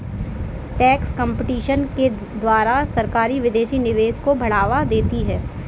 tax competition के द्वारा सरकारी विदेशी निवेश को बढ़ावा देती है